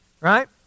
right